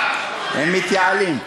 בחייאת, הם מתייעלים.